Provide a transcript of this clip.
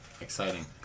Exciting